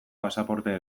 pasaporte